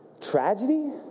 Tragedy